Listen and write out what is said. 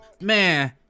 Man